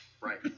right